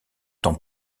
temps